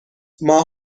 ماه